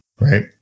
right